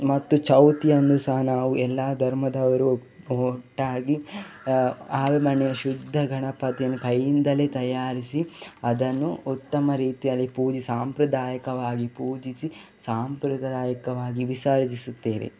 ಮತ್ತು ಚೌತಿಯನ್ನು ಸಹ ನಾವು ಎಲ್ಲ ಧರ್ಮದವರು ಒಟ್ಟಾಗಿ ಆವೆ ಮಣ್ಣಿನ ಶುದ್ಧ ಗಣಪತಿಯನ್ನು ಕೈಯಿಂದಲೇ ತಯಾರಿಸಿ ಅದನ್ನು ಉತ್ತಮ ರೀತಿಯಲ್ಲಿ ಪೂಜೆ ಸಾಂಪ್ರದಾಯಕವಾಗಿ ಪೂಜಿಸಿ ಸಾಂಪ್ರದಾಯಕವಾಗಿ ವಿಸರ್ಜಿಸುತ್ತೇವೆ